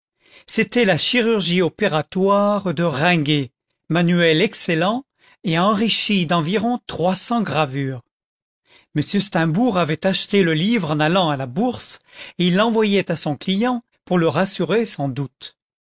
c'était la chirurgie opératoire de ringuet manuel excellent et enrichi d'environ trois cents gravures m steimbourg avait acheté le livre en allant à la bourse et il l'envoyait à son client pour le rassurer sans doute